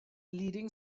leading